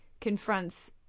confronts